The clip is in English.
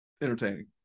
entertaining